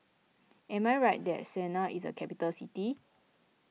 am I right that Sanaa is a capital city